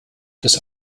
das